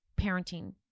parenting